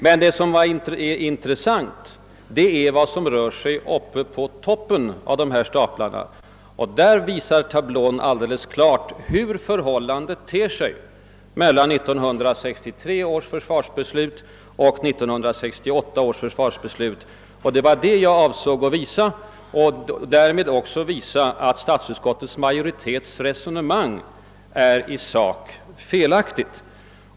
Men det intressanta — och det jag ville belysa — är vad som rör sig på toppen av staplarna, och där visar tablån alldeles klart hur en jämförelse ter sig mellan 1963 års försvarsbeslut och 1968 års försvarsbeslut. Det var detta jag avsåg att visa och därmed också att statsutskottsmajoritetens resonemang är i sak felaktigt.